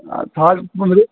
اَدٕ تھاو